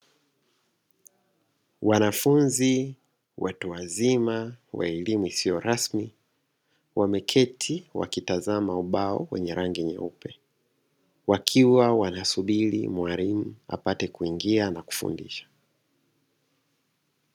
Wanafunzi watu wazima wa elimu isio rasmi wameketi wakitazama ubao wenye rangi nyeupe wakiwa wanasubiri mwalimu apate kuingia na kufundisha.